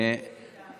אל תתחיל איתנו.